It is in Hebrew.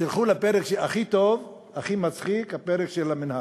תלכו לפרק, הכי טוב, הכי מצחיק הפרק של המינהל.